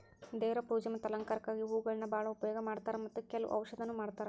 ದೇವ್ರ ಪೂಜೆ ಮತ್ತ ಅಲಂಕಾರಕ್ಕಾಗಿ ಹೂಗಳನ್ನಾ ಬಾಳ ಉಪಯೋಗ ಮಾಡತಾರ ಮತ್ತ ಕೆಲ್ವ ಔಷಧನು ಮಾಡತಾರ